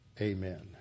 Amen